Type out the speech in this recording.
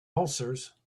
ulcers